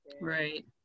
Right